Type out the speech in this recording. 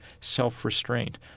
self-restraint